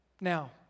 Now